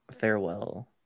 farewell